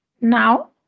Now